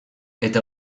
eta